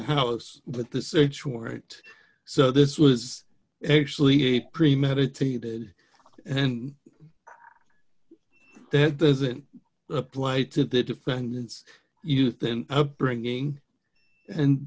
house with the search warrant so this was actually a premeditated that doesn't apply to the defendant's youth and upbringing and